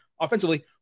offensively